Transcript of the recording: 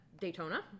Daytona